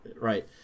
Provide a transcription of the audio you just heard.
Right